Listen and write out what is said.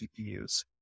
CPUs